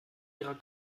ihrer